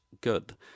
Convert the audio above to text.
good